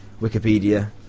Wikipedia